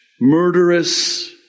murderous